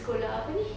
sekolah apa ni